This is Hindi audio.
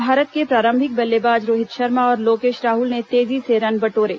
भारत के प्रारंभिक बल्लेबाज रोहित शर्मा और लोकेश राहुल ने तेजी से रन बटोरे